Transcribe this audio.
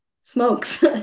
smokes